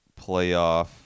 playoff